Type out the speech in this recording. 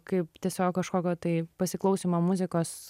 kaip tiesiog kažkokio tai pasiklausymo muzikos